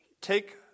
Take